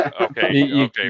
okay